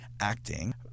acting